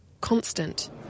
constant